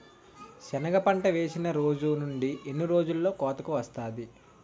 సెనగ పంట వేసిన రోజు నుండి ఎన్ని రోజుల్లో కోతకు వస్తాది?